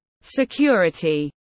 Security